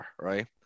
right